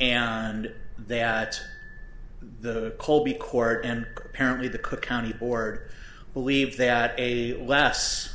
and that the court and apparently the cook county board believe that a less